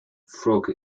frog